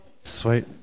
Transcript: Sweet